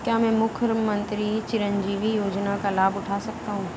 क्या मैं मुख्यमंत्री चिरंजीवी योजना का लाभ उठा सकता हूं?